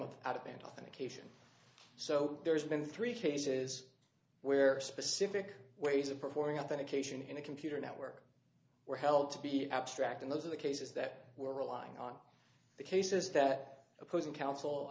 of out of band authentication so there's been three cases where specific ways of performing up an occasion in the computer network were held to be abstract and those are the cases that were relying on the cases that opposing counsel